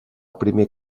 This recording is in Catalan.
primer